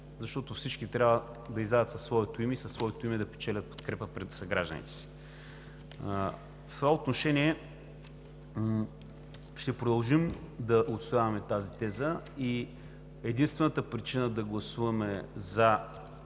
защото всички трябва да излязат със своето име и със своето име да печелят подкрепа от съгражданите си. В това отношение ще продължим да отстояваме тази теза и единствената причина да гласуваме „за“